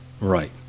Right